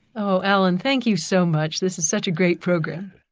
oh, alan, thank you so much, this is such a great program.